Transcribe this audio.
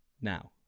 Now